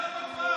די.